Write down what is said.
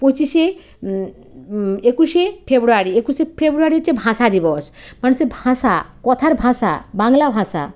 পঁচিশে একুশে ফেব্রুয়ারি একুশে ফেব্রুয়ারি হচ্ছে ভাষা দিবস মানুষের ভাষা কথার ভাষা বাংলা ভাষা